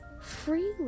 freely